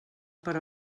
per